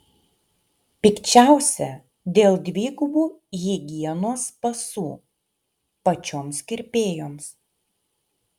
pikčiausia dėl dvigubų higienos pasų pačioms kirpėjoms